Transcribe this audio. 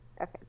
Okay